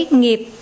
nghiệp